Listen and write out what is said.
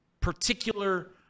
particular